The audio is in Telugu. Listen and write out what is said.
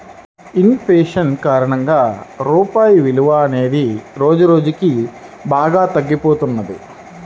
ఇన్ ఫేషన్ కారణంగా రూపాయి విలువ అనేది రోజురోజుకీ బాగా తగ్గిపోతున్నది